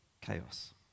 chaos